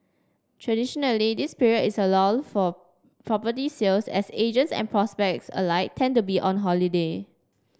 traditionally this period is a lull for property sales as agents and prospects alike tend to be on holiday